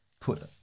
put